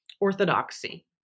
orthodoxy